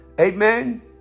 Amen